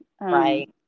right